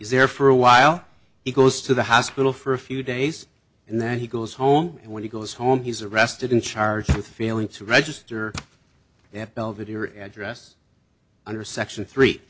there for a while he goes to the hospital for a few days and then he goes home and when he goes home he's arrested and charged with failing to register at belvedere address under section three